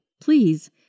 please